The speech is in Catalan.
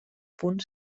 punt